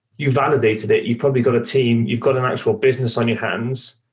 you validated it. you've probably got a team. you've got an actual business on your hands.